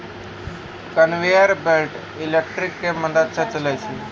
conveyor belt electric के मदद स चलै छै